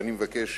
ואני מבקש